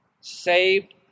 saved